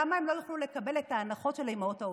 למה הם לא יוכלו לקבל את ההנחות של האימהות העובדות?